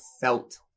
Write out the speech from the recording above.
felt